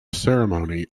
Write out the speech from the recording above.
ceremony